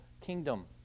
kingdom